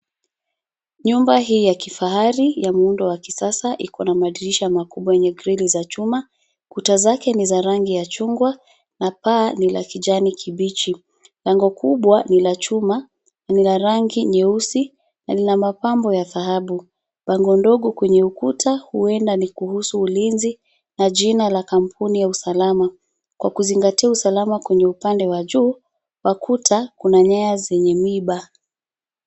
Nyumba hii ya kifahari ya muundo wa kisasa iko na madirisha makubwa yenye grili za chuma. Kuta zake ni za rangi ya chungwa na paa ni la kijani kibichi. Bango kubwa ni la chuma, lina rangi nyeusi na lina mapambo ya dhahabu. Bango ndogo kwenye ukuta huenda ni kuhusu ulinzi na jina la kampuni ya usalama. Kwa kuzingatia usalama kwenye upande wa juu wa kuta, kuna nyaya zenye miba.